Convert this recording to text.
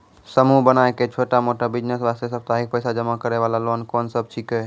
समूह बनाय के छोटा मोटा बिज़नेस वास्ते साप्ताहिक पैसा जमा करे वाला लोन कोंन सब छीके?